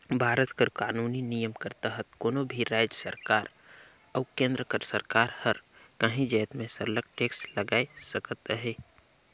भारत कर कानूनी नियम कर तहत कोनो भी राएज सरकार अउ केन्द्र कर सरकार हर काहीं जाएत में सरलग टेक्स लगाए सकत अहे